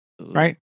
right